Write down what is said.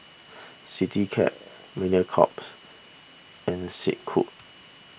CityCab Mediacorp's and Snek Ku